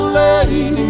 lady